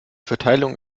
verteilung